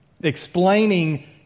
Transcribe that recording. explaining